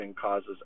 causes